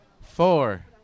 four